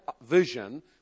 vision